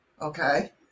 Okay